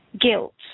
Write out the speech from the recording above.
Guilt